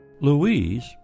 louise